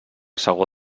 segó